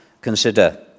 consider